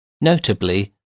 Notably